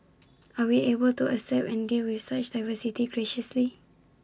are we able to accept and deal with such diversity graciously